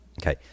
Okay